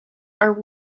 are